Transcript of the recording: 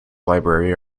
library